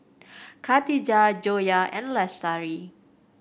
Katijah Joyah and Lestari